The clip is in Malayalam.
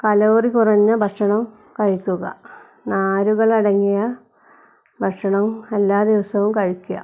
കലോറി കുറഞ്ഞ ഭക്ഷണം കഴിക്കുക നാരുകളടങ്ങിയ ഭക്ഷണം എല്ലാ ദിവസവും കഴിക്കുക